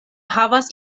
havas